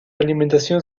alimentación